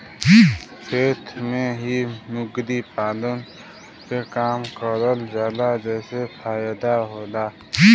खेत में ही मुर्गी पालन के काम करल जाला जेसे फायदा होला